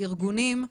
לארגונים,